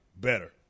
Better